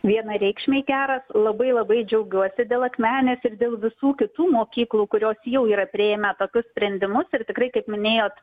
vienareikšmiai geras labai labai džiaugiuosi dėl akmenės ir dėl visų kitų mokyklų kurios jau yra priėmę tokius sprendimus ir tikrai kaip minėjot